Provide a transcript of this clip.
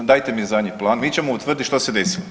Dajte mi zadnji plan, mi ćemo utvrditi što se desilo.